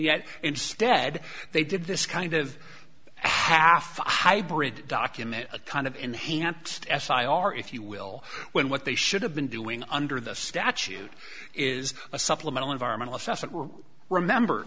yet instead they did this kind of half hybrid document a kind of enhanced s i r if you will when what they should have been doing under the statute is a supplemental environmental